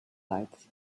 lights